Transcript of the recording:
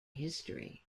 history